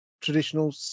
traditional